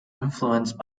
influenced